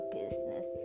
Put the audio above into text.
business